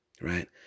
Right